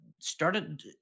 started